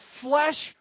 flesh